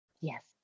Yes